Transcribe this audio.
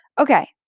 Okay